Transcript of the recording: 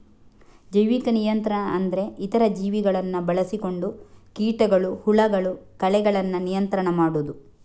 ಜೈವಿಕ ನಿಯಂತ್ರಣ ಅಂದ್ರೆ ಇತರ ಜೀವಿಗಳನ್ನ ಬಳಸಿಕೊಂಡು ಕೀಟಗಳು, ಹುಳಗಳು, ಕಳೆಗಳನ್ನ ನಿಯಂತ್ರಣ ಮಾಡುದು